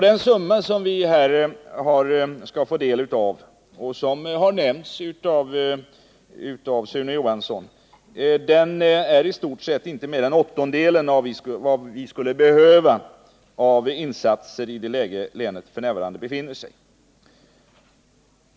Den summa som vi skall få del av och som har nämnts av Sune Johansson är i stort sett inte mer än åttondelen av vad vi skulle behöva av insatser i det läge som länet f. n. befinner sig i.